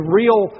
real